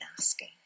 asking